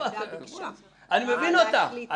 מבין אותך.